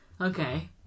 Okay